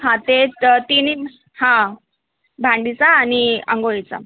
हां ते तर तिन्ही हां भांडीचा आणि आंघोळीचा